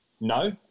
no